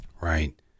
Right